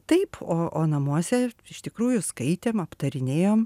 taip o o namuose iš tikrųjų skaitėm aptarinėjom